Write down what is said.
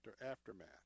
aftermath